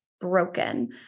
broken